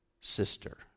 sister